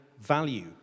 value